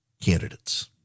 candidates